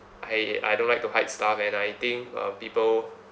I I don't like to hide stuff and I think uh people